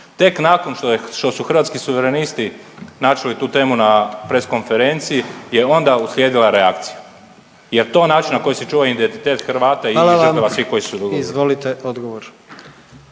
Tek nakon što su Hrvatski suverenisti načeli tu temu na Press konferenciji je onda uslijedila reakcija. Jel' to način na koji se čuva identitet Hrvata i žrtava svih koje su …